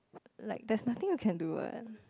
like there's nothing you can do what